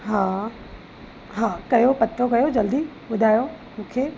हा हा कयो पतो कयो जल्दी ॿुधायो मूंखे